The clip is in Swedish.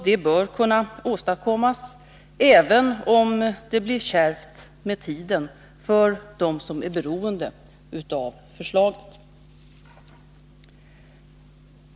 Det bör kunna åstadkommas, även om det blir kärvt med tiden för dem som är beroende av förslaget.